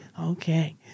Okay